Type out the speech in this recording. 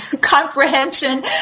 comprehension